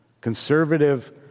conservative